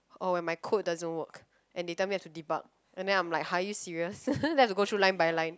oh when my code doesn't work and they tell me I should debug and I'm then like !huh! you serious then I have to go through line by line